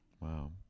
Wow